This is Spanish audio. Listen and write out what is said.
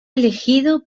elegido